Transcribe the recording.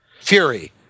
Fury